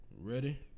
Ready